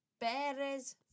Perez